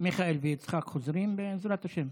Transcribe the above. מיכאל ויצחק חוזרים, בעזרת השם?